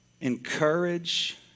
encourage